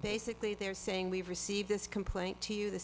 basically they're saying we've received this complaint t